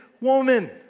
woman